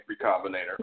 Recombinator